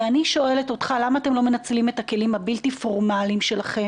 ואני שואלת אותך: למה אתם לא מנצלים את הכלים הבלתי פורמליים שלכם,